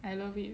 I love it